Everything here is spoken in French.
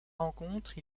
rencontre